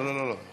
לא, לא, לא.